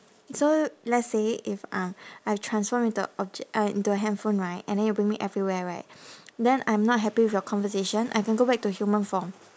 so let's say if ah I transform into a obj~ uh into a handphone right and then you bring me everywhere right then I'm not happy with your conversation I can go back to human form